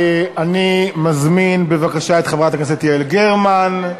אני מזמין, בבקשה, את חברת הכנסת יעל גרמן.